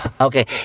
Okay